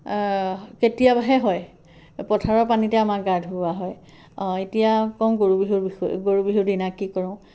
কেতিয়াবাহে হয় পথাৰৰ পানীতে আমাৰ গা ধোওৱা হয় এতিয়া ক'ম গৰু বিহুৰ বিষয়ে গৰু বিহু দিনা কি কৰোঁ